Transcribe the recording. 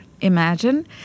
imagine